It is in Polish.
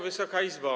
Wysoka Izbo!